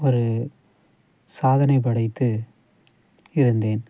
ஒரு சாதனைப் படைத்து இருந்தேன்